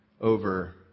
over